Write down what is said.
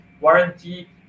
warranty